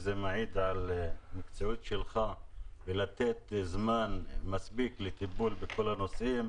זה מעיד על המקצועיות שלך לתת זמן מספיק לטיפול בכל הנושאים.